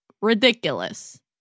Ridiculous